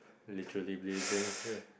literally blessing